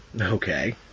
Okay